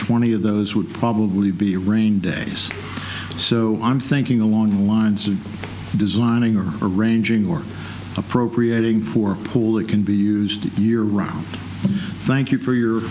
twenty of those would probably be rain days so i'm thinking along the lines of designing or arranging or appropriating for pool that can be used year round thank you for your